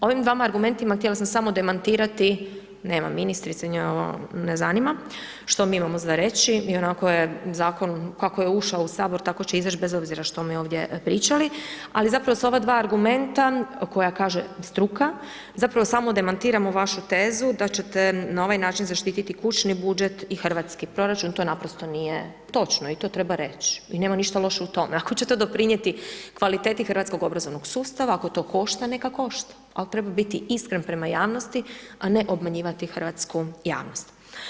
Ovim dva argumentima htjela sam samo demantirati, nema ministrice, nju ovo ne zanima što mi imamo za reći, ionako je Zakon kako je ušao u Sabor, tako će izaći, bez obzira što mi ovdje pričali, ali, zapravo su ova dva argumenta koja kaže struka, zapravo samo demantiramo vašu tezu da ćete na ovaj način zaštiti kućni budžet i hrvatski proračun, to naprosto nije točno i to treba reći i nema ništa loše u tome ako će to doprinijeti kvaliteti hrvatskog obrazovnog sustava, ako to košta, neka košta, ali treba biti iskren prema javnosti, a ne obmanjivati hrvatsku javnost.